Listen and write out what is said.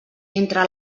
entre